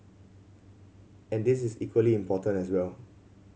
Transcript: and this is equally important as well